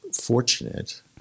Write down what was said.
fortunate